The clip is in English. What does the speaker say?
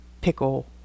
pickle